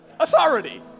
Authority